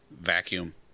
vacuum